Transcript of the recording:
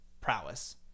prowess